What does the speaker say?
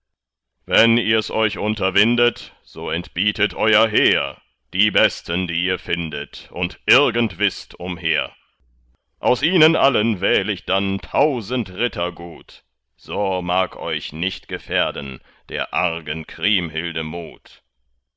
wenn ihr's euch unterwindet so entbietet euer heer die besten die ihr findet und irgend wißt umher aus ihnen allen wähl ich dann tausend ritter gut so mag euch nicht gefährden der argen kriemhilde mut